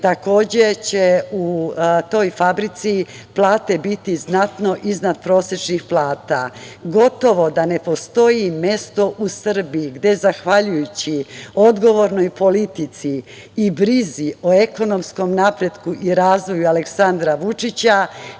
vage. U toj fabrici će plate biti znatno iznad prosečnih plata. Gotovo da ne postoji mesto u Srbiji gde, zahvaljujući odgovornoj politici i brizi o ekonomskom napretku i razvoju, Aleksandra Vučića,